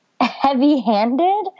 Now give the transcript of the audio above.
heavy-handed